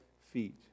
feet